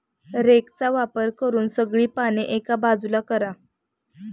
रेकचा वापर करून सगळी पाने एका बाजूला करा